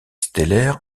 stellaire